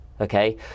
Okay